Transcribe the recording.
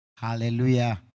hallelujah